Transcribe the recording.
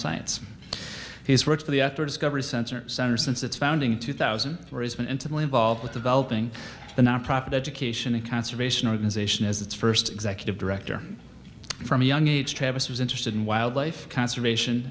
science he's worked for the after discovery center center since its founding two thousand race been intimately involved with developing the nonprofit education and conservation organization as its first executive director from a young age travis was interested in wildlife conservation